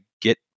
get